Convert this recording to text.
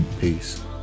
Peace